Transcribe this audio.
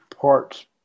parts